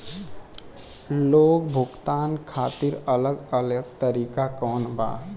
Loan भुगतान खातिर अलग अलग तरीका कौन बा?